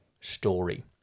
story